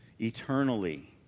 eternally